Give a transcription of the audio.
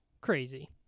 crazy